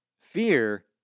Fear